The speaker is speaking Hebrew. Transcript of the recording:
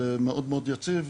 ומאוד מאוד יציב.